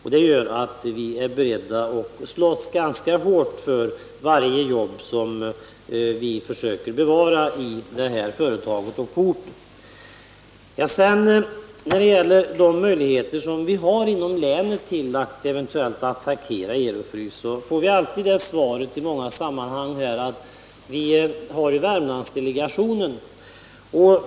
Detta gör att vi är beredda att slåss ganska hårt för varje jobb som kan bevaras i företaget och på orten. När det gäller möjligheterna inom länet att eventuellt hjälpa Ero-Frys AB får vi alltid höra att vi ju har Värmlandsdelegationen.